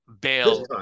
bail